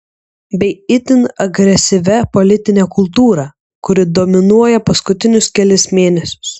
bei itin agresyvia politine kultūra kuri dominuoja paskutinius kelis mėnesius